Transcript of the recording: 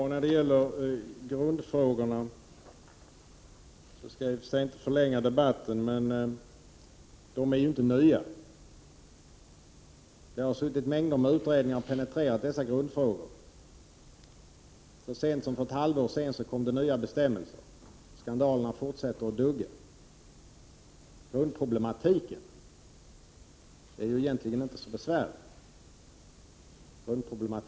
Herr talman! Jag skall inte förlänga debatten i grundfrågorna, men vill ändå säga att de inte är nya. Mängder av utredningar har penetrerat dessa grundfrågor. Så sent som för ett halvår sedan kom det nya bestämmelser. Skandalerna fortsätter att dugga. Grundproblematiken är egentligen inte så besvärlig.